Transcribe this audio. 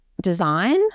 design